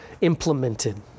implemented